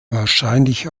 wahrscheinlich